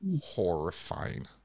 horrifying